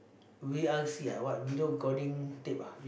V_R_C ah what video recording tape ah